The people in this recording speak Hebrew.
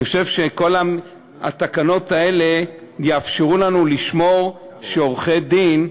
אני חושב שכל התקנות האלה יאפשרו לנו לשמור שעורכי-דין,